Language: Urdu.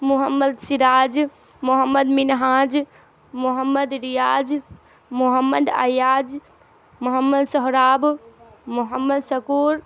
محمد سراج محمد منہاج محمد ریاض محمد عیاز محمد سہراب محمد شکر